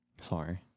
Sorry